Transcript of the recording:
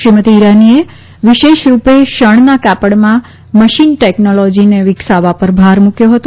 શ્રીમતિ ઈરાનીએ વિશેષરૂપે શણના કાપડમાં મશીન ટેક્નોલોજીને વિકસાવવા પર ભાર મૂકવો હતો